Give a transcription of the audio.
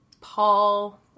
Paul